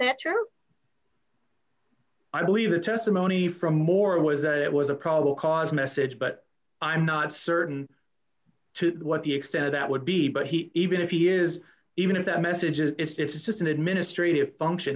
that your i believe the testimony from moore was that it was a probable cause message but i'm not certain what the extent of that would be but he even if he is even if that message is it's just an administrative function